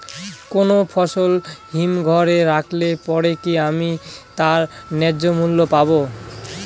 কোনো ফসল হিমঘর এ রাখলে পরে কি আমি তার ন্যায্য মূল্য পাব?